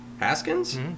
Haskins